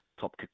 top